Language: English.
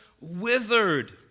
withered